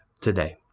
today